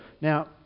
Now